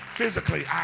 physically